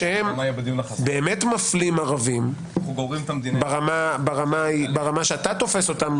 באמת מפלים ערבים ברמה שאתה תופס אותם,